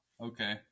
Okay